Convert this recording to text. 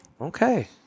Okay